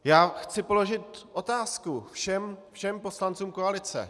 Já chci položit otázku všem poslancům koalice.